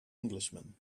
englishman